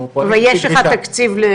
ויש לך תקציב?